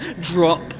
drop